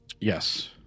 Yes